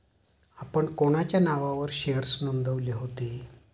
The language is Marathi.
आपण कोणाच्या नावावर शेअर्स नोंदविले होते?